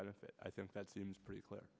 benefit i think that seems pretty clear